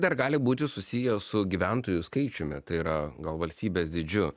dar gali būti susiję su gyventojų skaičiumi tai yra gal valstybės dydžiu